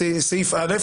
בסעיף (א),